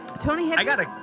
Tony